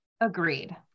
Agreed